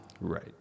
Right